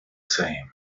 same